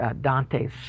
Dante's